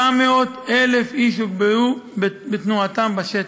700,000 איש הוגבלו בתנועתם בשטח,